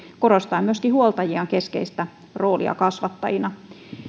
korostaen myöskin huoltajien keskeistä roolia kasvattajina